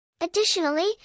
Additionally